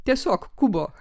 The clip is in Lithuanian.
tiesiog kubo